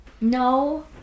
No